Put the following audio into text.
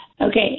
Okay